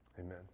Amen